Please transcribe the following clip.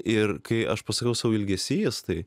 ir kai aš pasakiau sau ilgesys tai